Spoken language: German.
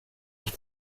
ich